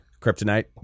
Kryptonite